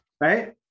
right